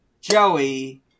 Joey